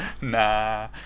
Nah